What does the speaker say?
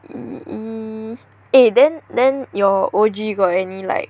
eh then then your O_G got any like